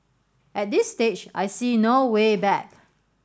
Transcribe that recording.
at this stage I see no way back